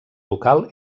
local